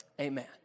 Amen